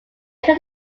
took